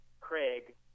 Craig